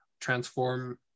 transform